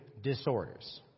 disorders